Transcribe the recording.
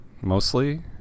Mostly